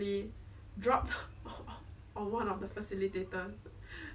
so when I was showering inside she could see from the outside